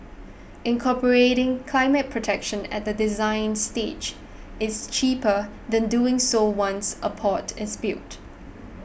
incorporating climate protection at the design stage is cheaper than doing so once a port is built